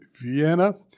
Vienna